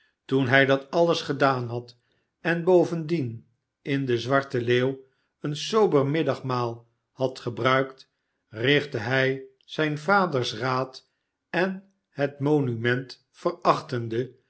toen hij dat alles gedaan had en bovendien in de zwarte leeuw een sober middagmaal had gebruikt richtte hij zijn vaders raad en het monument